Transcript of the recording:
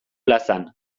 plazan